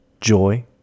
joy